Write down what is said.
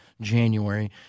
January